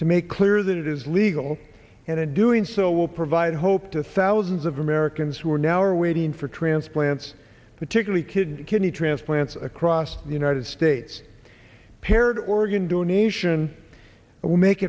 to make clear that it is legal and in doing so will provide hope to thousands of americans who are now are waiting for transplants particularly kids kidney transplants across the united states paired organ donation will make